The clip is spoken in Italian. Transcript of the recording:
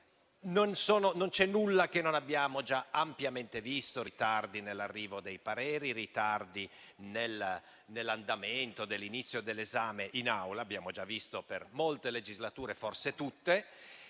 non c'è nulla che non abbiamo già ampiamente visto: ritardi nell'arrivo dei pareri, ritardi nell'andamento e nell'inizio dell'esame in Assemblea, cose che abbiamo già visto in molte legislature, forse in tutte.